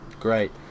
Great